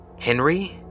Henry